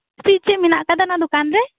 ᱪᱮᱫ ᱪᱮᱫ ᱢᱮᱱᱟᱜ ᱟᱠᱟᱫᱟ ᱚᱱᱟ ᱫᱚᱠᱟᱱ ᱨᱮ